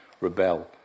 rebel